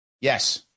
Yes